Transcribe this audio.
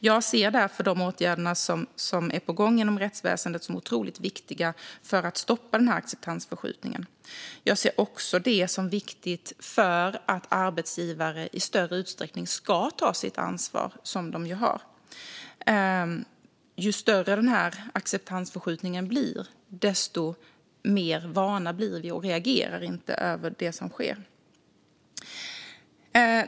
Jag ser därför de åtgärder som är på gång inom rättsväsendet som otroligt viktiga för att stoppa den här acceptansförskjutningen. Jag ser det också som viktigt för att arbetsgivare i större utsträckning ska ta det ansvar som de har. Ju större acceptansförskjutningen blir, desto mer vana blir vi och reagerar inte på det som sker.